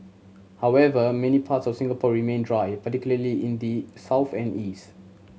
however many parts of Singapore remain dry particularly in the south and east